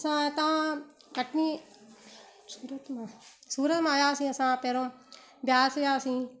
असां हितां कटनी सूरत मां सूरत मां आहियासीं असां पहिरियों ब्यास वियासीं